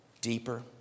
deeper